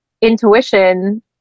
intuition